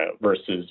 versus